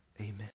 Amen